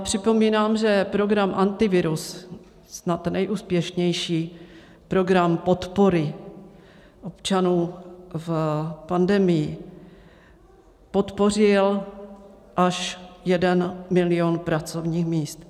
Připomínám, že program Antivirus, snad nejúspěšnější program podpory občanů v pandemii, podpořil až jeden milion pracovních míst.